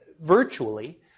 virtually